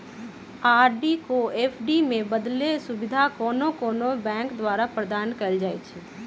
RD को F D में बदलेके सुविधा कोनो कोनो बैंके द्वारा प्रदान कएल जाइ छइ